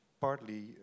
partly